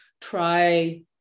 try